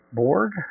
board